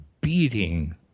beating